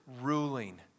ruling